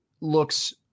looks